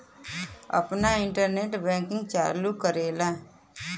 आपन internet banking चालू कराला